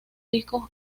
discos